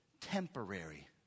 temporary